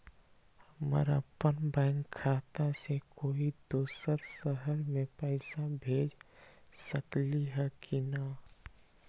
हम अपन बैंक खाता से कोई दोसर शहर में पैसा भेज सकली ह की न?